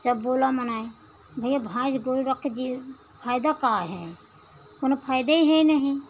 जब बोला मनई भईया भैंस दो रखे फायदा का है कोनो फायदा है नहीं